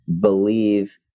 believe